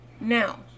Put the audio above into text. Now